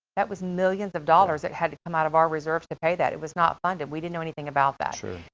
that was millions of dollars that had come out of our reserves to pay that. it was not funded. we didn't know anything about that. true.